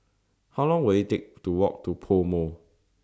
How Long Will IT Take to Walk to Pomo